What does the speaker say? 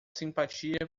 simpatia